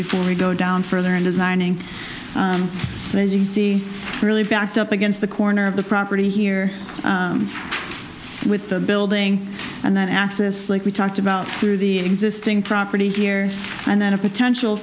before we go down further in designing crazy really backed up against the corner the property here with the building and that access like we talked about through the existing property here and then a potential